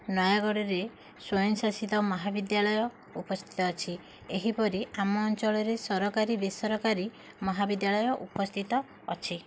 ନୟାଗଡ଼ରେ ସ୍ୱୟଂଶାସିତ ମହାବିଦ୍ୟାଳୟ ଉପସ୍ଥିତ ଅଛି ଏହିପରି ଆମ ଅଞ୍ଚଳରେ ସରକାରୀ ବେସରକାରୀ ମହାବିଦ୍ୟାଳୟ ଉପସ୍ଥିତ ଅଛି